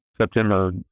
September